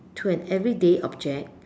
to an everyday object